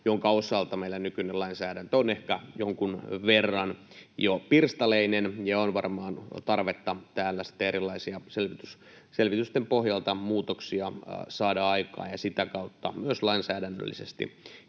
jonka osalta meidän nykyinen lainsäädäntö on ehkä jonkun verran jo pirstaleinen, ja on varmaan tarvetta täällä sitten erilaisten selvitysten pohjalta muutoksia saada aikaan ja sitä kautta myös lainsäädännöllisesti